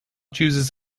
chooses